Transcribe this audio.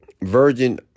Virgin